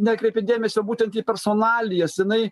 nekreipia dėmesio būtent į personalijas jinai